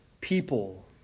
people